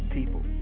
People